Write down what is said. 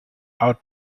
out